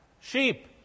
sheep